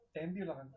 Ambulance